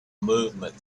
movement